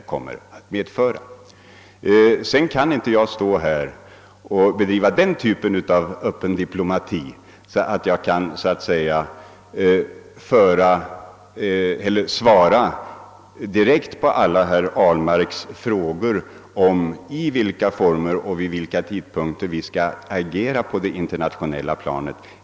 Jag kan inte stå här och bedriva en sådan form av öppen diplomati att jag svarar direkt på alla herr Ahlmarks frågor om i vilka former och vid vilka tidpunkter vi skall agera på det internationella planet.